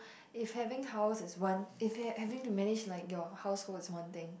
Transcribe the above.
if having house is one if ha~ having to manage your household is one thing